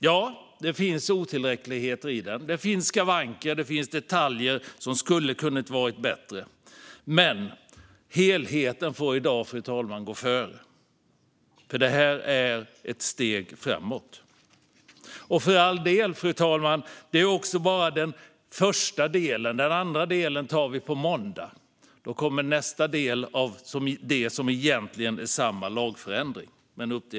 Ja, det finns otillräckligheter, det finns skavanker och detaljer som hade kunnat vara bättre, men helheten får i dag gå före. Det här är ett steg framåt. För all del, fru talman, det handlar nu om den första delen. Den andra delen antas på måndag. Då kommer nästa del av det som egentligen är samma lagförändring.